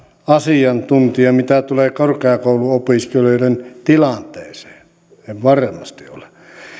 asiantuntija mitä tulee korkeakouluopiskelijoiden tilanteeseen en varmasti ole